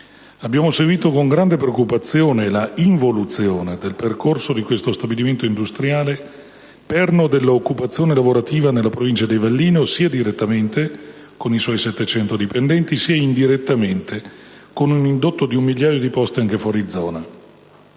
Abbiamo seguito con grande preoccupazione la involuzione del percorso di questo stabilimento industriale, perno della occupazione lavorativa nella provincia di Avellino, sia direttamente, con i suoi settecento dipendenti, sia indirettamente, con un indotto di un migliaio di posti anche fuori zona: